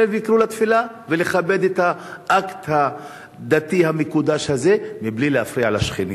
ויקראו לתפילה ולכבד את האקט הדתי המקודש הזה בלי להפריע לשכנים,